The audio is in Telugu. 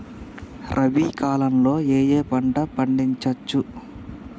రబీ కాలంలో ఏ ఏ పంట పండించచ్చు?